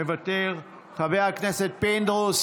מוותר, חבר כנסת פינדרוס